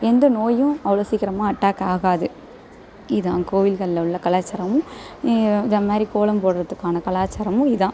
எந்த நோயும் அவ்வளோ சீக்கிரமாக அட்டாக் ஆகாது இதுதான் கோவில்களில் உள்ள கலாச்சாரமும் இந்தமாதிரி கோலம்போடுறத்துக்கான கலாச்சாரமும் இதுதான்